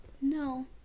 No